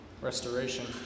restoration